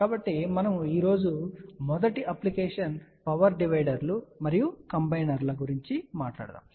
కాబట్టి మనము ఈ రోజు మొదటి అప్లికేషన్ పవర్ డివైడర్లు మరియు కంబైనర్ల గురించి మాట్లాడుతాము